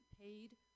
paid